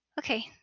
Okay